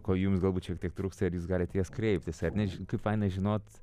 ko jums galbūt šiek tiek trūksta ir jūs galit į jas kreiptis ar ne kaip fana žinot